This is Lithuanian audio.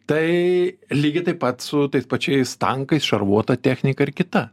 tai lygiai taip pat su tais pačiais tankais šarvuota technika ir kita